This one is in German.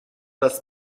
dass